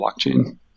blockchain